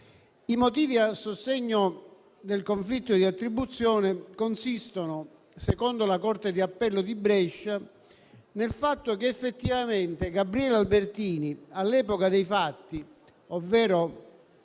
I motivi a sostegno del conflitto di attribuzione consistono, secondo la Corte di appello di Brescia, nel fatto che effettivamente Gabriele Albertini, all'epoca dei fatti, ovvero